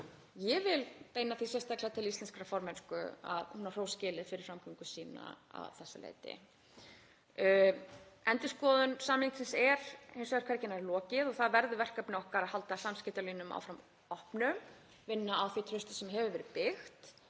Ég vil beina því sérstaklega til íslensku formennskunnar að hún á hrós skilið fyrir framgöngu sína að þessu leyti. Endurskoðun samningsins er hins vegar hvergi nærri lokið og það verður verkefni okkar að halda samskiptalínum áfram opnum og vinna með það traust sem hefur verið byggt